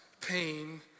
pain